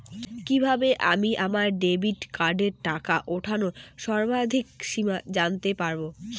কিভাবে আমি আমার ডেবিট কার্ডের টাকা ওঠানোর সর্বাধিক সীমা জানতে পারব?